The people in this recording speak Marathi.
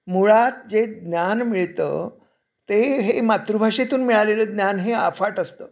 मुळात जे ज्ञान मिळतं ते हे मातृभाषेतून मिळालेलं ज्ञान हे आफाट असतं